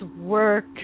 work